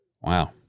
Wow